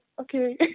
okay